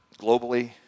Globally